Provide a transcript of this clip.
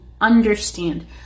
understand